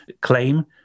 claim